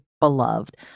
beloved